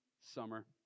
Summer